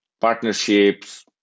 partnerships